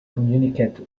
communicate